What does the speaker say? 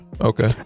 okay